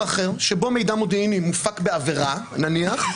אחר שבו מידע מודיעיני מופק בעבירה נניח.